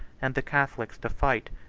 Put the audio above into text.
and the catholics to fight,